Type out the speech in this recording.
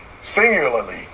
singularly